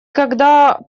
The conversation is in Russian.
когда